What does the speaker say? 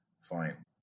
fine